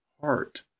heart